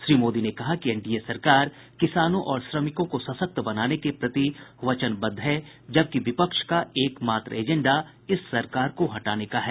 श्री मोदी ने कहा कि एनडीए सरकार किसानों और श्रमिकों को सशक्त बनाने के प्रति वचनबद्ध है जबकि विपक्ष का एकमात्र एजेंडा इस सरकार को हटाने का है